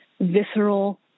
visceral